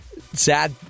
sad